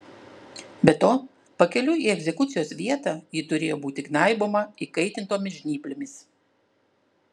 be to pakeliui į egzekucijos vietą ji turėjo būti gnaiboma įkaitintomis žnyplėmis